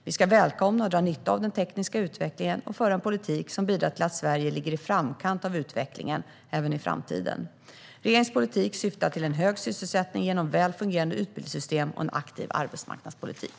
Vi ska välkomna och dra nytta av den tekniska utvecklingen och föra en politik som bidrar till att Sverige ligger i framkant av utvecklingen även i framtiden. Regeringens politik syftar till en hög sysselsättning genom väl fungerande utbildningssystem och en aktiv arbetsmarknadspolitik.